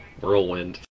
Whirlwind